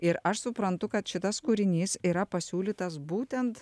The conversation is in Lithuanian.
ir aš suprantu kad šitas kūrinys yra pasiūlytas būtent